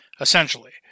Essentially